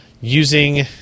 using